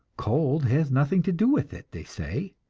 cold has nothing to do with it, they say,